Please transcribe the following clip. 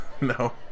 no